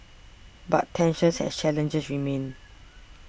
but tensions and challenges remain